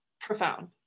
profound